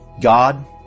God